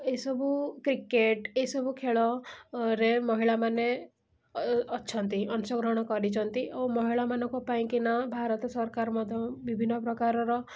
ଏସବୁ କ୍ରିକେଟ୍ ଏସବୁ ଖେଳରେ ମହିଳାମାନେ ଅଛନ୍ତି ଅଂଶଗ୍ରହଣ କରିଛନ୍ତି ଓ ମହିଳାମାନଙ୍କ ପାଇଁକିନା ଭାରତ ସରକାର ମଧ୍ୟ ବିଭିନ୍ନପ୍ରକାରର